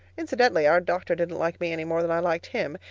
incidentally, our doctor didn't like me any more than i liked him.